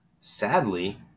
sadly